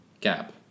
gap